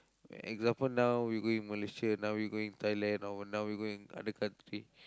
example now we going Malaysia now we going Thailand or now we going to other country